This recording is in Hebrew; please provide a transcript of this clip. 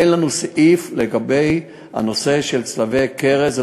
אין לנו סעיף לגבי הנושא של צלבי קרס.